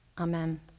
Amen